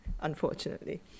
unfortunately